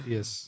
Yes